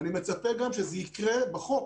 אני מצפה גם שזה יקרה בחוק